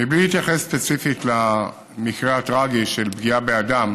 בלי להתייחס ספציפית למקרה הטרגי של פגיעה באדם,